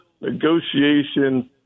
negotiation